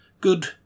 Good